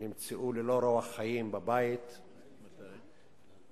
נמצאו ללא רוח חיים בבית לפני שעה קלה.